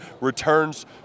returns